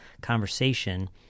conversation